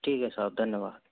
ठीक है साहब धन्यवाद